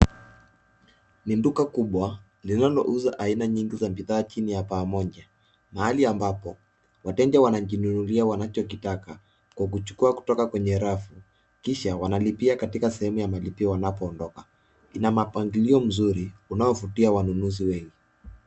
Ni duka kubwa linalouza aina nyingi za bidhaa chini ya paa moja, mahali ambapo wateja wanajinunulia wanachokitaka kwa kuchukua kutoka kwenye rafu kisha wanalipia katoka sehemu ya malipio wanapoondoka. Ina mpangilio mzuri unaovutia wanunuzi wengi.